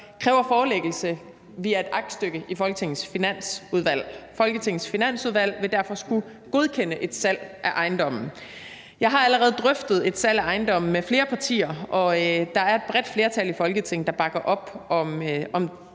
kræver forelæggelse via et aktstykke i Folketingets Finansudvalg. Folketingets Finansudvalg vil derfor skulle godkende et salg af ejendommen. Jeg har allerede drøftet et salg af ejendommen med flere partier, og der er et bredt flertal i Folketinget, der bakker op om